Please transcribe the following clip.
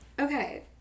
okay